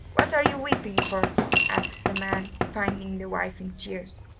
what are you weeping for asked the man, finding the wife in tears.